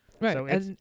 Right